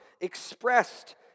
expressed